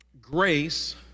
grace